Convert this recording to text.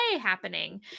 happening